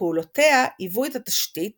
ופעולותיה היוו את התשתית